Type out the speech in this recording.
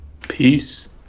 Peace